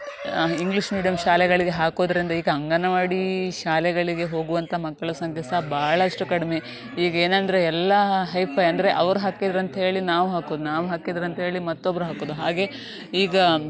English medium ಶಾಲೆಗಳಿಗೆ ಹಾಕೋದರಿಂದ ಈಗ ಅಂಗನವಾಡಿ ಶಾಲೆಗಳಿಗೆ ಹೋಗುವಂಥ ಮಕ್ಳ ಸಂಖ್ಯೆ ಸಹ ಬಾಳಷ್ಟು ಕಡಿಮೆ ಈಗೇನಂದರೆ ಎಲ್ಲ ಹೈ ಪೈ ಅಂದರೆ ಅವ್ರು ಹಾಕಿದರಂತ್ಹೇಳಿ ನಾವು ಹಾಕೋದು ನಾವು ಹಾಕಿದರಂತ್ಹೇಳಿ ಮತ್ತೊಬ್ರು ಹಾಕೋದು ಹಾಗೆ ಈಗ